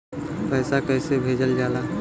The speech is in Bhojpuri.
पैसा कैसे भेजल जाला?